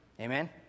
amen